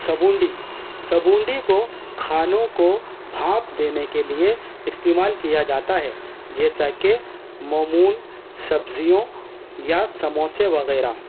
سبونڈی سبونڈی کو کھانوں کو بھاپ دینے کے لیے استعمال کیا جاتا ہے جیسا کہ مومون سبزیوں یا سموسے وغیرہ